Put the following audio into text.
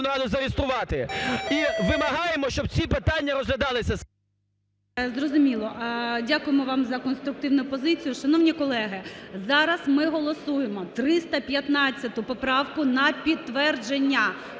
Розуміємо, дякуємо вам за конструктивну позицію. Шановні колеги, зараз ми голосуємо 315 поправку на підтвердження.